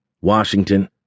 Washington